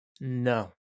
No